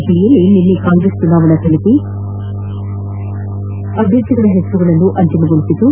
ದೆಹಲಿಯಲ್ಲಿ ನಿನ್ನೆ ಕಾಂಗ್ರೆಸ್ ಚುನಾವಣಾ ಸಮಿತಿ ಅಭ್ಲರ್ಥಿಗಳ ಹೆಸರುಗಳನ್ನು ಅಂತಿಮಗೊಳಿಸಿತು